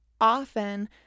Often